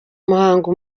muhango